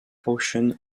portion